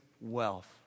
wealth